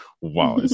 wow